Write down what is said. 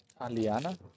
Aliana